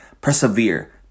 persevere